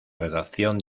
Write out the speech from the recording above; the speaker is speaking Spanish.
redacción